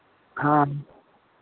हँ